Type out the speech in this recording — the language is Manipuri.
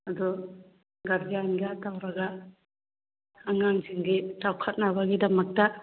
ꯑꯗꯨ ꯒꯥꯔꯖꯤꯌꯥꯟꯒ ꯇꯧꯔꯒ ꯑꯉꯥꯡꯁꯤꯡꯒꯤ ꯆꯥꯎꯈꯠꯅꯕꯗꯤꯗꯃꯛꯇ